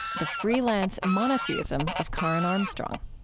the freelance monotheism of karen armstrong.